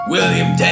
William